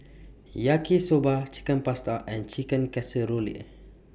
Yaki Soba Chicken Pasta and Chicken Casserole